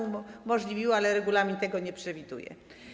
Umożliwiłabym, ale regulamin tego nie przewiduje.